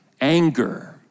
anger